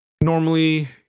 normally